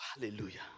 Hallelujah